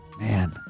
Man